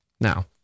Now